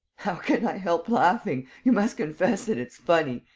how can i help laughing? you must confess that it's funny.